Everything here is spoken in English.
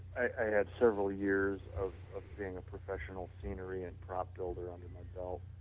i had several years of being a professional scenery and prop builder under my belt.